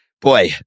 boy